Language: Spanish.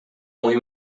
muy